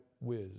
whiz